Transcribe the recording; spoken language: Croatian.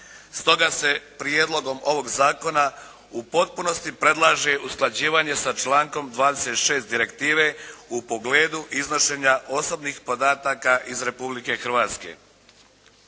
Stoga se prijedlogom ovog zakona u potpunosti predlaže usklađivanje sa člankom 26. direktive u pogledu iznošenja osobnih podataka iz Republike Hrvatske.